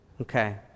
Okay